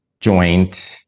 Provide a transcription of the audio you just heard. joint